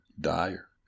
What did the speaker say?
dire